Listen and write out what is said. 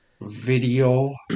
video